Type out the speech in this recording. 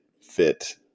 fit